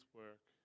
work